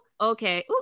okay